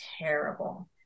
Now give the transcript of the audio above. terrible